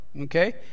okay